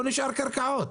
לא נשארו קרקעות.